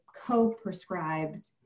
co-prescribed